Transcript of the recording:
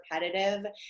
repetitive